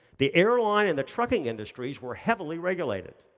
the airline and the trucking industries were heavily regulated.